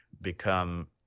become